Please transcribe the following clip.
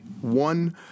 one